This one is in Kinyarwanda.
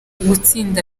gutsinda